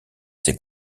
ses